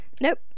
nope